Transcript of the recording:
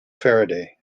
faraday